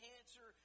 answer